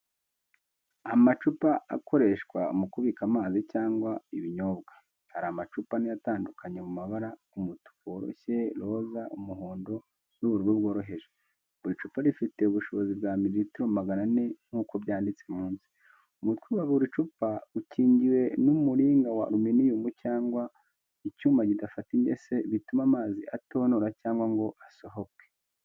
Amacupa akoreshwa mu kubika amazi cyangwa ibinyobwa. Hari amacupa ane atandukanye mu mabara umutuku woroshye, roza, umuhondo n'ubururu bworoheje. Buri cupa rifite ubushobozi bwa miriritiro magana ane nk’uko byanditse munsi. Umutwe wa buri cupa ukingiwe n’umuringa wa aruminiyumu cyangwa icyuma kidafata ingese bituma amazi atonora cyangwa ngo asohoke.